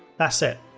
that's it.